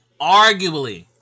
Arguably